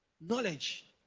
Knowledge